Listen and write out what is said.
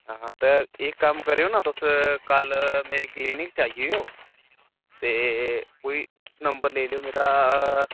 हां ते इक कम्म करेओ ना तुस कल्ल मेरी क्लीनिक च आई जाएओ ते कोई नंबर लेई लैओ मेरा